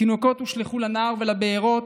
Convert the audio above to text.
תינוקות הושלכו לנהר ולבארות,